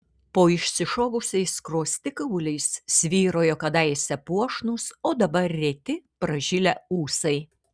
po išsišovusiais skruostikauliais svyrojo kadaise puošnūs o dabar reti pražilę ūsai